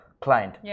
client